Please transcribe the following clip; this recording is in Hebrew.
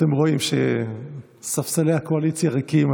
אתם רואים שספסלי הקואליציה ריקים,